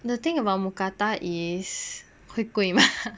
the thing about mookata is 会贵吗